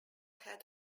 head